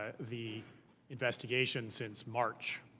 ah the investigations since march,